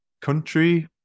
country